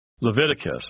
Leviticus